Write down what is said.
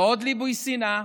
לא עוד ליבוי שנאה,